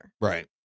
Right